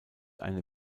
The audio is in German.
eine